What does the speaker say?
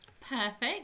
Perfect